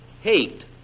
hate